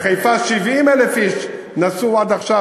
בחיפה 70,000 איש נסעו עד עכשיו,